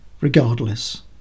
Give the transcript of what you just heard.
regardless